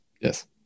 Yes